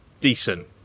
decent